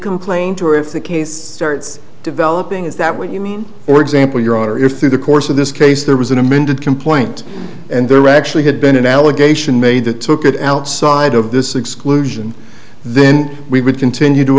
complaint or if the case starts developing is that what you mean for example your honor if through the course of this case there was an amended complaint and there actually had been an allegation made that took it outside of this exclusion then we would continue to